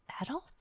adult